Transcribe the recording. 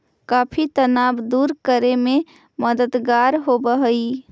coffee तनाव दूर करे में मददगार होवऽ हई